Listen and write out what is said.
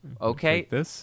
Okay